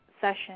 session